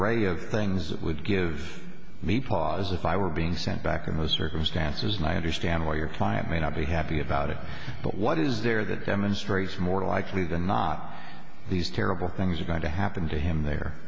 are things that would give me pause if i were being sent back in those circumstances and i understand what your client may not be happy about it but what is there that demonstrates more likely than not these terrible things are going to happen to him there